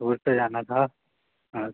tour पे जाना था हाँ